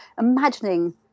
imagining